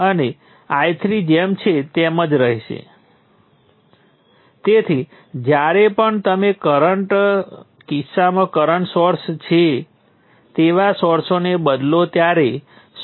તેથી આ વોલ્ટેજ સ્રોતનું સમીકરણ તેથી મારી પાસે દૂર થયેલ સમીકરણોની જગ્યાએ આ વોલ્ટેજ સ્રોતનું સમીકરણ છે